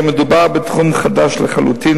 הרי מדובר בתחום חדש לחלוטין,